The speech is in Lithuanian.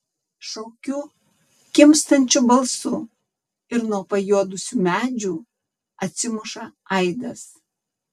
šaukiu kimstančiu balsu ir nuo pajuodusių medžių atsimuša aidas